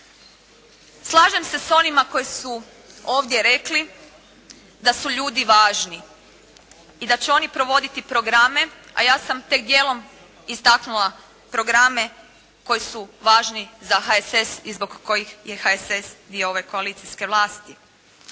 Slažem se s onima koji su ovdje rekli da su ljudi važni i da će oni provoditi programe. A ja sam tek dijelom istaknula programe koji su važni za HSS i zbog kojih je HSS dio ove koalicijske vlasti.